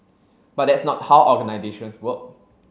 but that's not how organisations work